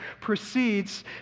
proceeds